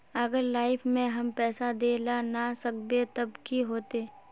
अगर लाइफ में हम पैसा दे ला ना सकबे तब की होते?